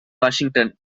washington